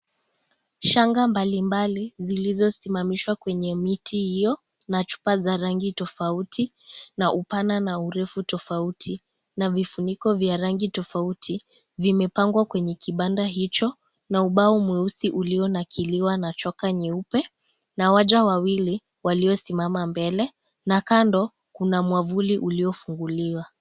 Shanga mbalimbali zilizosimamishwa kwenye miti hiyo, na chupa za rangi tofauti na upana na urefu tofauti na vifuniko vya rangi tofauti vimepangwa kwenye kibanda hicho na ubao mweuzi ulionakiliwa na choka nyeupe, na wacha wawili waliosimama mbele, na kando kuna mwavuli uliofunguliwa.